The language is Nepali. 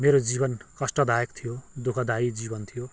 मेरो जीवन कष्टदायक थियो दुःखदायी जीवन थियो